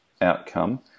outcome